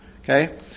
Okay